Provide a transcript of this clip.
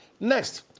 Next